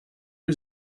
new